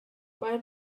mae